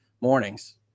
Mornings